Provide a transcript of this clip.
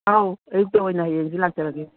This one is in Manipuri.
ꯑꯧ ꯑꯌꯨꯛꯇ ꯑꯣꯏꯅ ꯍꯌꯦꯡꯖꯨ ꯂꯥꯛꯆꯔꯒꯦ